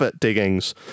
Diggings